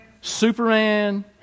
Superman